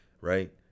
right